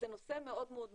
זה נושא מאוד מאוד מורכב,